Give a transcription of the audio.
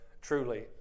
Truly